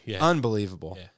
unbelievable